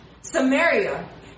Samaria